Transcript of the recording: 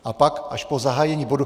A pak, až po zahájení bodu...